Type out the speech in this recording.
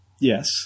yes